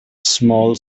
small